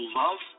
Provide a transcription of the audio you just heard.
love